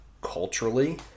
culturally